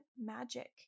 magic